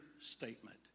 statement